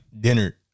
dinner